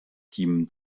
team